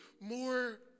more